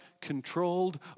controlled